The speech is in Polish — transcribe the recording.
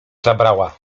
zabrała